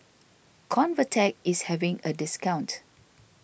Convatec is having a discount